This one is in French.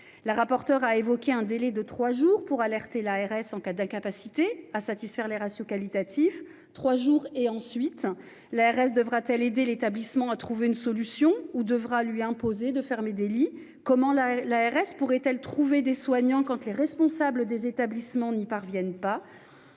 La rapporteure a évoqué un délai de trois jours pour alerter l'agence régionale de santé en cas d'incapacité à satisfaire les ratios qualitatifs. Trois jours, et ensuite ? L'ARS devra-t-elle aider l'établissement à trouver une solution ou devra-t-elle lui imposer de fermer des lits ? Comment l'ARS pourrait-elle trouver des soignants quand les responsables de l'établissement n'y parviennent pas ?